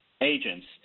agents